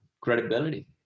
credibility